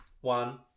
One